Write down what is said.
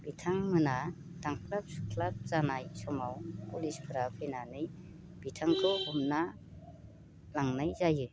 बिथांमोना दानख्लाब सुख्लाब जानाय समाव पुलिसफोरा फैनानै बिथांखौ हमना लांनाय जायो